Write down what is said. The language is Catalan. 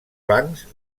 bancs